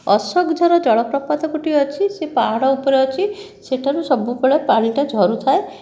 ଅଶୋକ ଝର ଜଳପ୍ରପାତ ଗୋଟିଏ ଅଛି ସେ ପାହାଡ଼ ଉପରେ ଅଛି ସେଟାରୁ ସବୁବେଳେ ପାଣିଟା ଝରୁଥାଏ